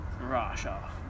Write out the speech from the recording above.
Russia